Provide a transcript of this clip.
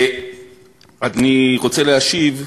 אני רוצה להשיב.